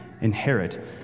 inherit